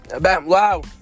Wow